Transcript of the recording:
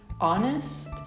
honest